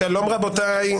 שלום רבותיי.